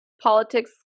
politics